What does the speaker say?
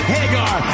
Hagar